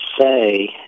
say